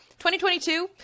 2022